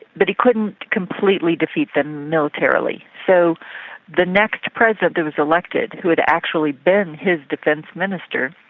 but he couldn't completely defeat them militarily. so the next president that was elected who had actually been his defence minister,